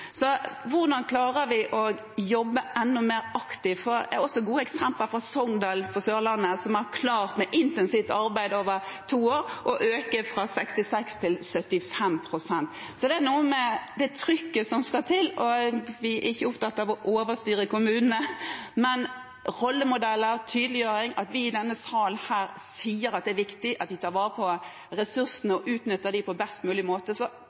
Hvordan klarer vi å jobbe enda mer aktivt? Jeg har også gode eksempler fra Songdalen på Sørlandet, som med intensivt arbeid over to år har klart å øke fra 66 pst. til 75 pst. Det er noe med det trykket som skal til. Vi er ikke opptatt av å overstyre kommunene, men av rollemodeller og tydeliggjøring, og at vi i denne salen sier at det er viktig at vi tar vare på ressursene og utnytter dem på best mulig måte.